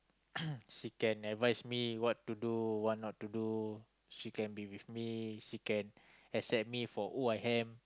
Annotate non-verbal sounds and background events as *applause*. *coughs* she can advise me what to do what not to do she can be with me she can accept me for who I am